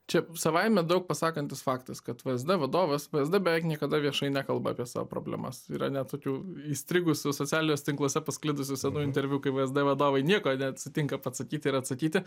čia savaime daug pasakantis faktas kad vsd vadovas vsd beveik niekada viešai nekalba apie savo problemas yra net tokių įstrigusių socialiniuose tinkluose pasklidusių senų interviu kaip vsd vadovai nieko nesutinka pasakyti ir atsakyti